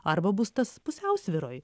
arba bus tas pusiausvyroj